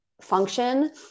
function